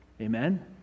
Amen